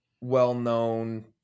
well-known